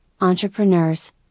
entrepreneurs